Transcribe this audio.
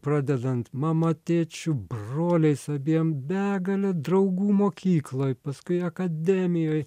pradedant mama tėčiu broliais abiem begale draugų mokykloj paskui akademijoj